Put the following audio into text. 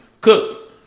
Cook